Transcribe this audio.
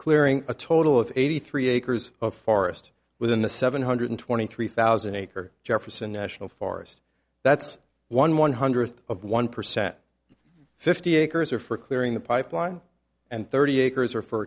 clearing a total of eighty three acres of forest within the seven hundred twenty three thousand acre jefferson national forest that's one one hundredth of one percent fifty acres are for clearing the pipeline and thirty acres are for